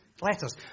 Letters